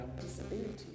disability